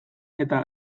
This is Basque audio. eta